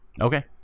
Okay